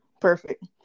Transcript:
perfect